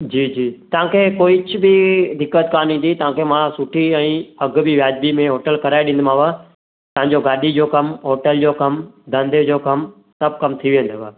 जी जी तव्हांखे कुझु बि दिक़त कान ईंदी तव्हांखे मां सुठी ऐं अघु बि वाजिबी में हॉटल कराए ॾींदोमांव तव्हांजो गाॾी जो कमु हॉटल जो कमु धंधे जो कमु सभु कमु थी वेंदव